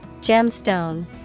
Gemstone